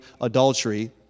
adultery